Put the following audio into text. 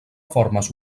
formes